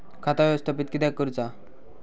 खाता व्यवस्थापित किद्यक करुचा?